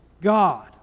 God